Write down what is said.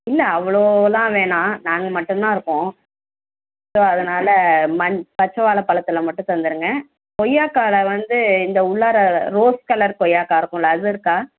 இல்லை அவ்வளோலாம் வேணாம் நாங்கள் மட்டும்தான் இருக்கோம் ஸோ அதனால மஞ் பச்சை வாழைப் பழத்துல மட்டும் தந்துடுங்க கொய்யாக்காயில் வந்து இந்த உள்ளார ரோஸ் கலர் கொய்யாக்காய் இருக்கும்லே அது இருக்கா